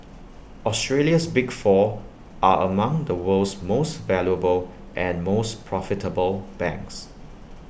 Australia's big four are among the world's most valuable and most profitable banks